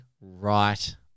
right